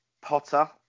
Potter